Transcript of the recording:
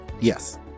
yes